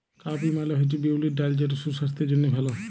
cowpea মালে হছে বিউলির ডাল যেট সুসাস্থের জ্যনহে ভাল